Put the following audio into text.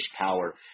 power